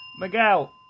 Miguel